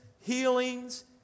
healings